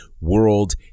World